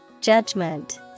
Judgment